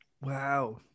Wow